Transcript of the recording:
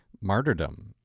martyrdom